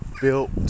built